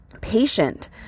patient